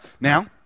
Now